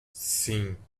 sim